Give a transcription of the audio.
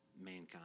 mankind